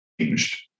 changed